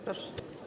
Proszę.